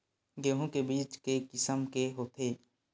गेहूं के बीज के किसम के होथे?